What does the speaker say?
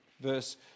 verse